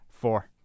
four